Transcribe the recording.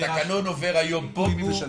התקנון עובר היום פה מי משלם את זה?